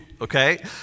okay